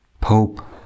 Pope